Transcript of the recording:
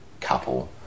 couple